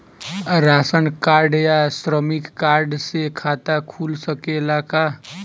Ration card या श्रमिक card से खाता खुल सकेला का?